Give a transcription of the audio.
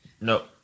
No